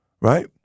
right